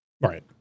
Right